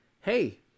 hey